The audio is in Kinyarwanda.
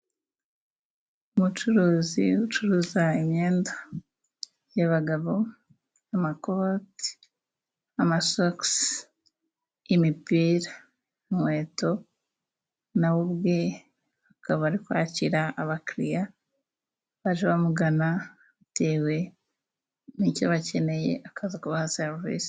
Umucuruzi ucuruza imyenda y'abagabo, ， amakoti， amasokisi，imipira， inkweto nawe ubwe akaba ari kwakira abakiliriya baje bamugana bitewe n'icyo bakeneye， akaza kubaha serivisi.